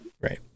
Right